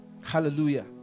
Hallelujah